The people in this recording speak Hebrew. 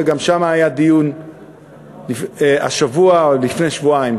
וגם שם היה דיון השבוע או לפני שבועיים.